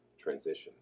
transition